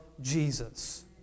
Jesus